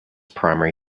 primary